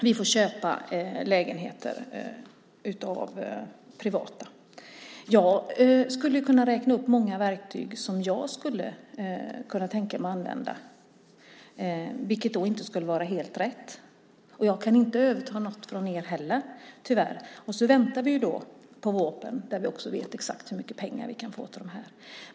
Vi får köpa lägenheter av privata värdar. Jag skulle kunna räkna upp många verktyg som jag skulle kunna tänka mig att använda, men det skulle inte vara helt rätt. Jag kan tyvärr inte överta något från er heller. Vi väntar på vårpropositionen där vi får reda på exakt hur mycket pengar vi kan få till detta.